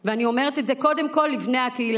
ואני אומרת את זה קודם כול לבני הקהילה.